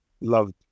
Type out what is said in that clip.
loved